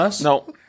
No